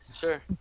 Sure